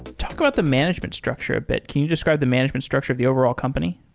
talk about the management structure a bit can you describe the management structure of the overall company?